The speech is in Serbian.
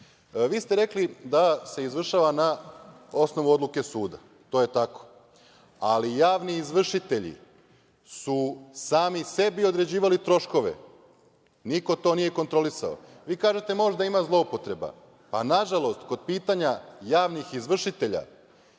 ste rekli da se izvršava na osnovu odluke suda. To je tako, ali javni izvršitelji su sami sebi određivali troškove. Niko to nije kontrolisao. Kažete - možda ima zloupotreba, nažalost, kod pitanja javnih izvršitelja,